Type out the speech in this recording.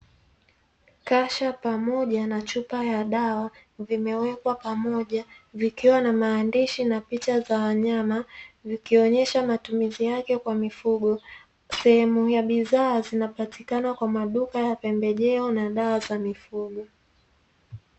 Kasha pamoja na chupa ya dawa zikiwa na maandishi na picha za wanyama zikionyesha matumizi ya dawa hizo sehemu ya dawa zinapatikana kwenye maduka ya pembejeo na dawa za mifugo